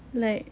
like